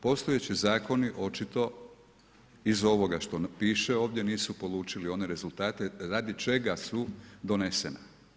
Postojeći zakoni očito iz ovoga što nam piše ovdje, nisu polučili one rezultate radi čega su donesena.